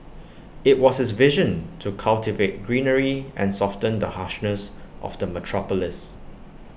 IT was his vision to cultivate greenery and soften the harshness of the metropolis